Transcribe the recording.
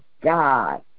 God